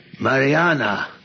Mariana